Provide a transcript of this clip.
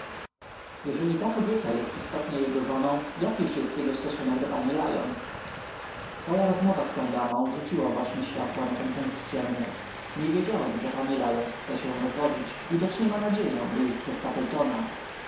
jeżeli ta kobieta jest istotnie jego żoną jakiż jego stosunek do pani lyons twoja rozmowa z tą damę rzuciła właśnie światło na ten punkt ciemny nie wiedziałem że pani lyons chce się rozwodzić widocznie ma nadzieję wyjść za stapletona a